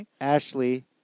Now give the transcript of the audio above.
Ashley